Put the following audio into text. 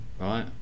right